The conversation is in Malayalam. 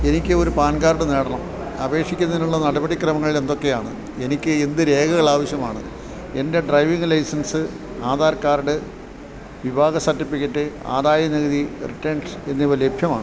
എനിക്ക് ഒരു പാൻ കാർഡ് നേടണം അപേക്ഷിക്കുന്നതിനുള്ള നടപടിക്രമങ്ങൾ എന്തൊക്കെയാണ് എനിക്ക് എന്ത് രേഖകൾ ആവശ്യമാണ് എൻ്റെ ഡ്രൈവിംഗ് ലൈസൻസ് ആധാർ കാർഡ് വിവാഹ സർട്ടിഫിക്കറ്റ് ആദായനികുതി റിട്ടേൺസ് എന്നിവ ലഭ്യമാണ്